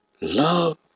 love